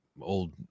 old